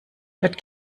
dort